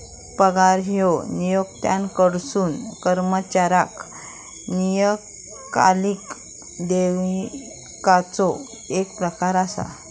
पगार ह्यो नियोक्त्याकडसून कर्मचाऱ्याक नियतकालिक देयकाचो येक प्रकार असा